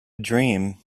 dream